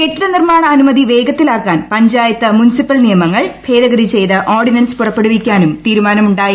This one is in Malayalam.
കെട്ടിടനിർമ്മാണ് അനുമതി വേഗത്തിലാക്കാൻ പഞ്ചായത്ത് മുനിസിപ്പൽ നിയമങ്ങൾ ഭേദഗതി ചെയ്ത് ഓർഡിനൻസ് പുറപ്പെടുവിക്കാനും തീരുമാനമുണ്ടായി